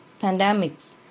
pandemics